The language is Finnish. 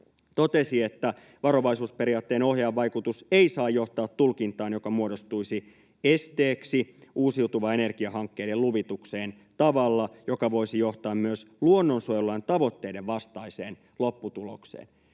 totesi, että varovaisuusperiaatteen ohjaava vaikutus ei saa johtaa tulkintaan, joka muodostuisi esteeksi uusiutuvan energian hankkeiden luvitukseen tavalla, joka voisi johtaa myös luonnonsuojelulain tavoitteiden vastaiseen lopputulokseen.